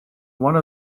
one